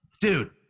Dude